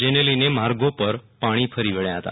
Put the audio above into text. જેન લઈને માર્ગો પર પાણી ફરી વડ્યા હતા